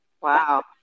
Wow